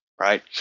Right